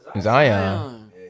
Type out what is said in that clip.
Zion